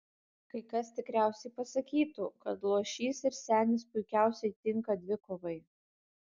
kai kas tikriausiai pasakytų kad luošys ir senis puikiausiai tinka dvikovai